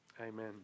amen